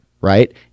right